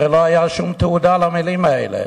כי הרי לא היתה שום תהודה למלים האלה,